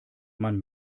man